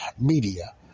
media